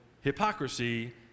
hypocrisy